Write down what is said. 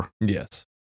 Yes